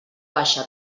baixa